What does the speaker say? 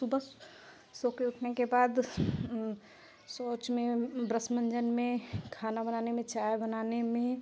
सुबह सोकर उठने के बाद शौच में ब्रश मन्जन में खाना बनाने में चाय बनाने में